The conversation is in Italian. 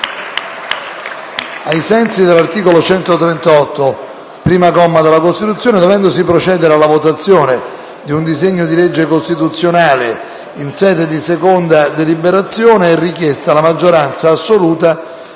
Ai sensi dell'articolo 138, primo comma della Costituzione, dovendosi procedere alla votazione di un disegno di legge costituzionale, in sede di seconda deliberazione è richiesta la maggioranza assoluta